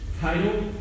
title